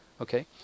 okay